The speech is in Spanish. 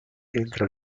entra